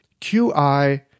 qi